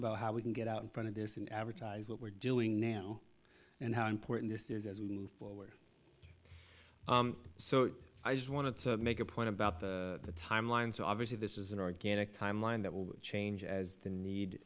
about how we can get out in front of this and advertise what we're doing now and how important this is as we move forward so i just want to make a point about the timeline so obviously this is an organic timeline that will change as the need